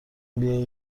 بیایی